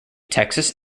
texas